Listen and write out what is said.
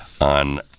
on